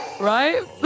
Right